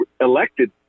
elected